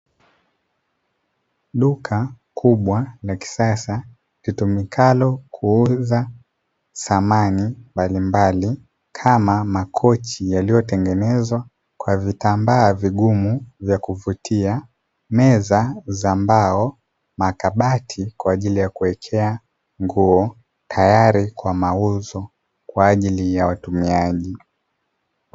Duka kubwa la kisasa, litumikalo kuuza samani mbalimbali kama makochi yaliyotengenezwa kwa vitambaa vigumu vya kuvutia, meza za mbao na kabati kwa ajili ya kuwekea nguo, tayari kwa mauzo kwaajili ya watumiaji.